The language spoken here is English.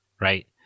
Right